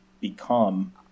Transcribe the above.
become